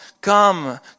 come